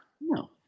No